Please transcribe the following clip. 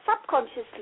subconsciously